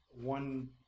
one